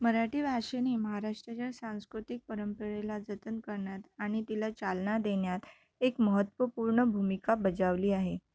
मराठी भाषेने महाराष्ट्राच्या सांस्कृतिक परंपरेला जतन करण्यात आणि तिला चालना देण्यात एक महत्त्वपूर्ण भूमिका बजावली आहे